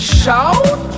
shout